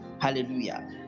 Hallelujah